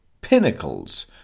pinnacles